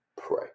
pray